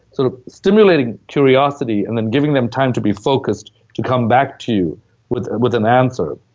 sort of stimulating curiosity and then giving them time to be focused to come back to you with with an answer.